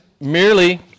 merely